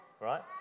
right